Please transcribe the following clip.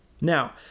Now